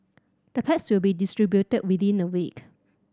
the packs will be distributed within a week